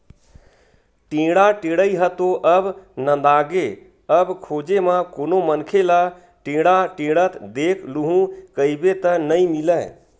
टेंड़ा टेड़ई ह तो अब नंदागे अब खोजे म कोनो मनखे ल टेंड़ा टेंड़त देख लूहूँ कहिबे त नइ मिलय